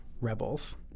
rebels